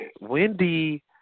Wendy